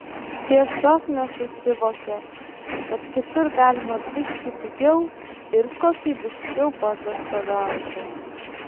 tiesiog nesusivokia kad kitur galima biški pigiau ir kokybiškiau paatostogauti